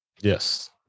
Yes